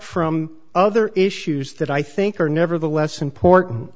from other issues that i think are nevertheless important